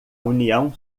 união